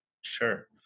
Sure